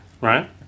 right